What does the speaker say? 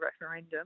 referendum